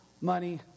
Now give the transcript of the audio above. money